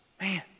Man